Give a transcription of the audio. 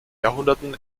jahrhunderten